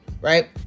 right